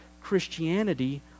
Christianity